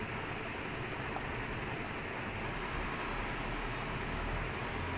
அவங்க நிறையா வாட்டி வீட்ல இருந்து:avanga niraiya vaatti veetla irunthu malay தான் பேசுவாங்க:dhaan pesuvaanga it's not chinese